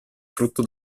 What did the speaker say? frutto